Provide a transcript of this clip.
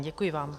Děkuji vám.